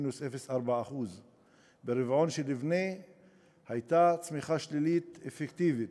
מינוס 0.4%. ברבעון הקודם הייתה צמיחה שלילית אפקטיבית,